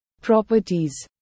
properties